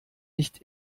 nicht